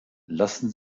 lassen